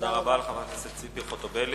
תודה רבה לחברת הכנסת ציפי חוטובלי.